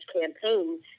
campaign